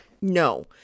No